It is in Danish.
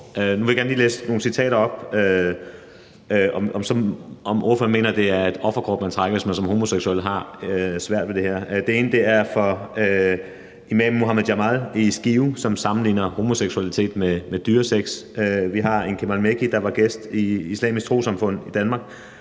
Nu vil jeg gerne lige læse nogle citater op og så høre, om ordføreren mener, det er et offerkort, man trækker, hvis man som homoseksuel har svært ved det her. Det ene er fra imam Muhammad Jamal i Skive, som sammenligner homoseksualitet med dyresex. Vi har en Kamal El Mekki, der var gæst i Dansk Islamisk Trossamfund, og